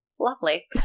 Lovely